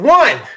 one